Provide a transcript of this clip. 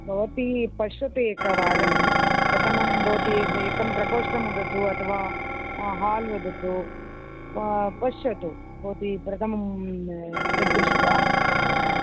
भवती पश्यतु एकवारं प्रथमं भवती यद् एकं प्रकोष्ठं वदतु अथवा हाल् वदतु पश्यतु भवती प्रथमं तद्दृष्ट्वा